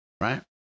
right